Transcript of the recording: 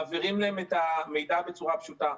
מעבירים להם את המידע בצורה פשוטה.